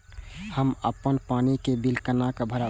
हम अपन पानी के बिल केना भरब?